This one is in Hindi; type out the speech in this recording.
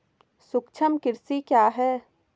सूक्ष्म कृषि क्या है?